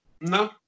No